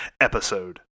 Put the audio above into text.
episode